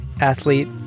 athlete